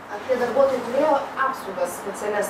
ar tie darbuotojai turėjo apsaugas specialias